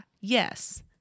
yes